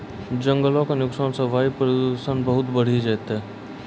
जंगल के नुकसान सॅ वायु प्रदूषण बहुत बढ़ी जैतै